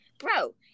Bro